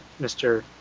Mr